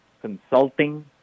consulting